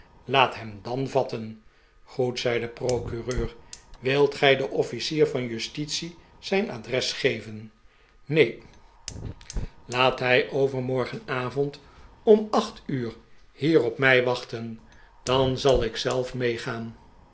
laat hem dan vatten goed zei de procureur wilt gij den officier van justitie zijn adres geven neen laat hij overmorgenavond om acht uur hier op mij wachten dan zal ik zelf meegaan